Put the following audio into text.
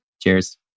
Cheers